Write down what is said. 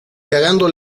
cagando